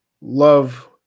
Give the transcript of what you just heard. Love